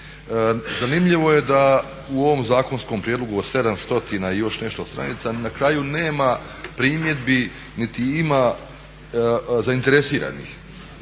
Zanimljivo je da u ovom zakonskom prijedlogu od 700 i još nešto stranica na kraju nema primjedbi niti ima zainteresiranih.